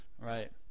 Right